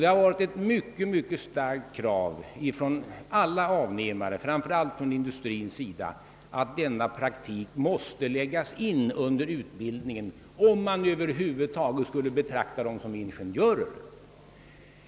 Det har varit ett mycket starkt krav från alla avnämare, framför allt från industrien, att denna praktik måste läggas in under utbildningstiden om man över huvud taget skulle kunna betrakta dem som ingenjörer.